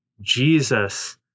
Jesus